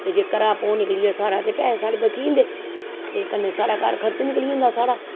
ते जे घरा भोह् निकलिया साढ़ा ते साढ़े बची जंदे ते कन्ने साढ़ा घर खर्च निकली जंदा साढ़ा